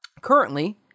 currently